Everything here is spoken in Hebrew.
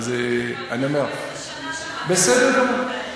אז אני אומר, כבר 15 שנה שמעתי, בסדר גמור.